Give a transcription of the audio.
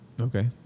Okay